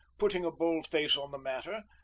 putting a bold face on the matter,